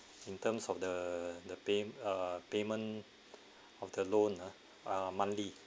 in terms of the the pay uh payment of the loan uh monthly